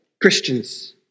Christians